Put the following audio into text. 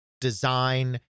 Design